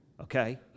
Okay